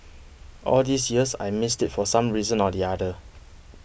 all these years I missed it for some reason or the other